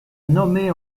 nommé